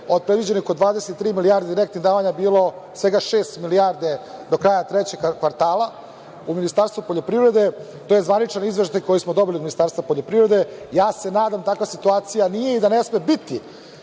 od predviđenih oko 23 milijarde direktnih davanja je bilo svega šest milijardi do kraja trećeg kvartala u Ministarstvu poljoprivrede. To je zvaničan izveštaj koji smo dobili od Ministarstva poljoprivrede. Ja se nadam da takva situacija nije i da ne sme biti.